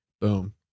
boom